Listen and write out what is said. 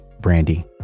Brandy